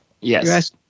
Yes